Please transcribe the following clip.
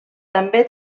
també